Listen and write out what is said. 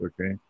okay